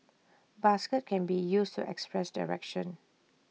basket can be used to express direction